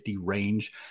range